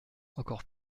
encore